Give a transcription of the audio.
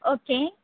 okay